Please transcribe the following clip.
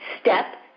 step